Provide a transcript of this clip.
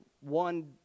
one